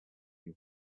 you